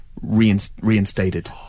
reinstated